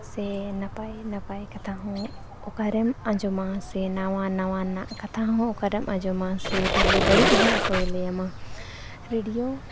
ᱥᱮ ᱱᱟᱯᱟᱭ ᱱᱟᱯᱟᱭ ᱠᱟᱛᱷᱟᱦᱚᱸ ᱚᱠᱟᱨᱮᱢ ᱟᱸᱡᱚᱢᱟ ᱥᱮ ᱱᱟᱣᱟ ᱱᱟᱣᱟᱱᱟᱜ ᱠᱟᱛᱷᱟ ᱦᱚᱸ ᱚᱠᱟᱨᱮᱢ ᱟᱸᱡᱚᱢᱟ ᱥᱮ ᱵᱩᱜᱤ ᱵᱟᱹᱲᱤᱡᱦᱚᱸ ᱚᱠᱚᱭᱮ ᱞᱟᱹᱭᱟᱢᱟ ᱨᱮᱰᱤᱭᱳ